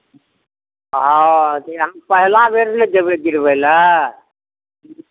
हँ जी हम पहिला बेर ने जेबै गिरबय लए